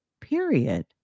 Period